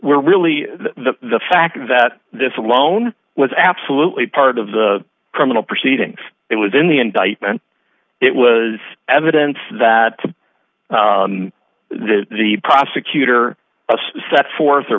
we're really the fact that this alone was absolutely part of the criminal proceedings it was in the indictment it was evidence that the the prosecutor set forth or